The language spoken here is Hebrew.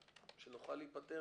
שנוכל להיפטר